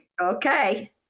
Okay